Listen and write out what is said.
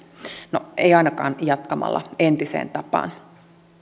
no ei ainakaan jatkamalla entiseen tapaan